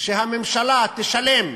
שהממשלה תשלם,